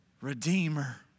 Redeemer